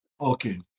Okay